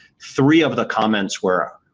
three of the comments were,